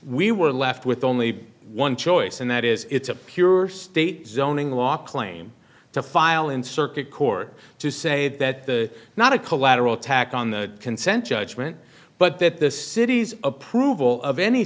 we were left with only one choice and that is it's a pure state zoning law claim to file in circuit court to say that the not a collateral attack on the consent judgment but that the city's approval of any